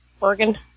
organ